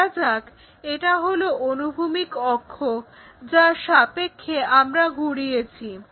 ধরা যাক এটা হলো অনুভূমিক অক্ষ যার সাপেক্ষে আমরা ঘুরিয়েছি